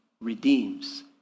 redeems